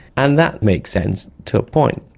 and that makes sense, to a point.